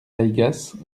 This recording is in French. aygas